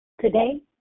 today